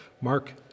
Mark